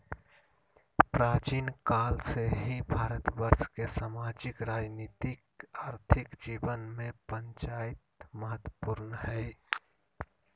प्राचीन काल से ही भारतवर्ष के सामाजिक, राजनीतिक, आर्थिक जीवन में पंचायत महत्वपूर्ण हइ